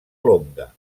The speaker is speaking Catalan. longa